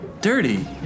dirty